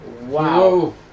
Wow